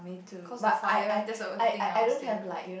cause the fire that was a thing I want to save